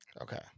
Okay